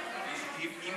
לפי